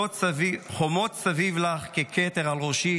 // חומות סביב לך ככתר על ראשי,